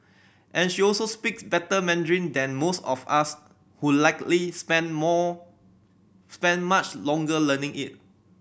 and she also speaks better Mandarin than most of us who likely spent more spent much longer learning it